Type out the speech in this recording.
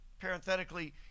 parenthetically